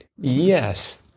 Yes